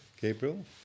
Gabriel